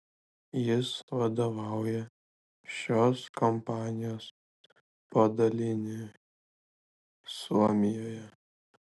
jis vadovauja šios kompanijos padaliniui suomijoje